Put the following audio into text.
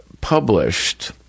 published